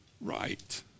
right